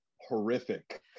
horrific